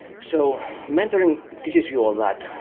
so mentoring teaches you all that,